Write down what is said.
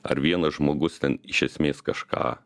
ar vienas žmogus ten iš esmės kažką